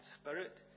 spirit